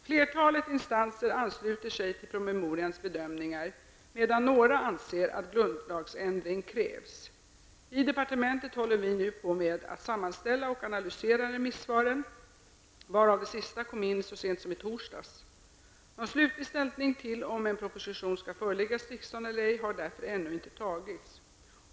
Flertalet instanser ansluter sig till promemorians bedömningar medan några anser att grundlagsändring krävs. I departementet håller vi nu på med att sammanställa och analysera remissvaren, varav det sista kom in så sent som i torsdags. Någon slutlig ställning till om en proposition skall föreläggas riksdagen eller ej, har därför ännu inte tagits.